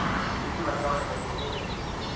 ನಿಧಿ ವರ್ಗಾವಣೆ ಬಗ್ಗೆ ಹೇಗೆ ತಿಳಿಯುವುದು?